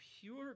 pure